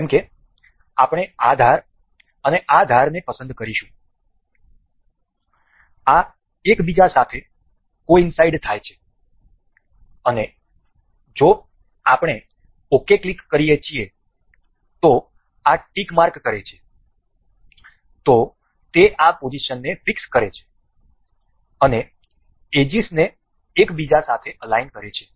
જેમકે આપણે આ ધાર અને આ ધારને પસંદ કરીશું આ એકબીજા સાથે કોઈન્સાઈડ થાય છે અને જો આપણે ok ક્લિક કરીએ તો આ ટીક માર્ક કરે છે તે આ પોઝિશનને ફિક્સ કરે છે અને એજીસ ને એકબીજા સાથે અલાઇન કરે છે